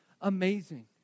amazing